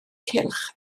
cylch